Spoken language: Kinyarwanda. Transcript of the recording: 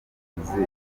umuhanzi